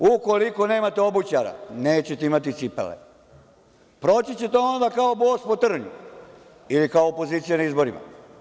Ukoliko nemate obućara, nećete imati cipele i proći ćete onda kao bos po trnju ili kao opozicija na izborima.